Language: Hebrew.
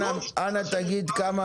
אנא תגיד כמה